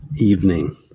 evening